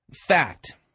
Fact